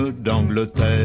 d'Angleterre